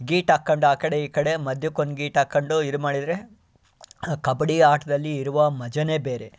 ಗೀಟು ಹಾಕೊಂಡು ಆ ಕಡೆ ಈ ಕಡೆ ಮಧ್ಯಕ್ಕೊಂದು ಗೀಟು ಹಾಕೊಂಡು ಇದು ಮಾಡಿದರೆ ಕಬಡ್ಡಿ ಆಟದಲ್ಲಿ ಇರುವ ಮಜವೇ ಬೇರೆ